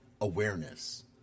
awareness